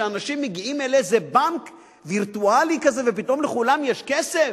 שאנשים מגיעים אל איזה בנק וירטואלי כזה ופתאום לכולם יש כסף?